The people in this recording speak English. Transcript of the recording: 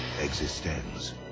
Existence